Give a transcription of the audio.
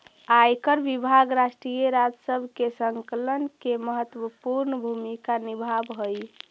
आयकर विभाग राष्ट्रीय राजस्व के संकलन में महत्वपूर्ण भूमिका निभावऽ हई